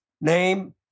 name